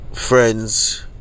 Friends